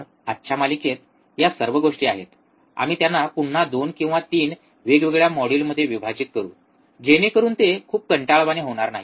तर आजच्या मालिकेत या सर्व गोष्टी आहेत आम्ही त्यांना पुन्हा 2 किंवा 3 वेगवेगळ्या मॉड्यूलमध्ये विभाजित करू जेणेकरून ते खूप कंटाळवाणे होणार नाही